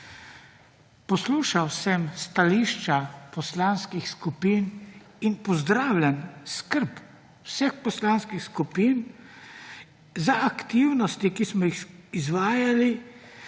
Poslušal sem stališča poslanskih skupin in pozdravljam skrb vsem poslanskih skupin za aktivnosti, ki smo jih izvajali,